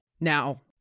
Now